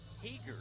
Hager